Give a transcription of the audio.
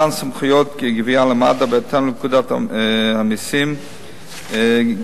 ומתן סמכויות גבייה למד"א בהתאם לפקודת המסים (גבייה).